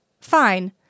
Fine